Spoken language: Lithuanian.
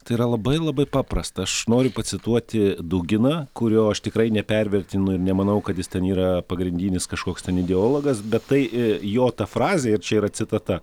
tai yra labai labai paprasta aš noriu pacituoti duginą kurio aš tikrai nepervertinu ir nemanau kad jis ten yra pagrindinis kažkoks ten ideologas bet tai jo ta frazė ir čia yra citata